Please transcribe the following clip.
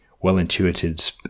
well-intuited